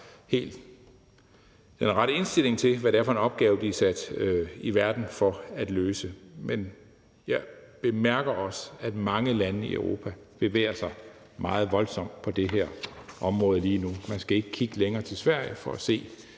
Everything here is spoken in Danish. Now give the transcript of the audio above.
helt har den rette indstilling til, hvad det er for en opgave, de er sat i verden for at løse. Men jeg bemærker også, at mange lande i Europa bevæger sig meget voldsomt på det her område lige nu. Man skal ikke kigge længere end til Sverige for at se,